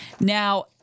Now